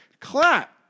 Clap